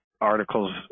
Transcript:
articles